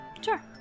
Sure